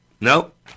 Nope